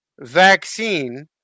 vaccine